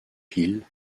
pille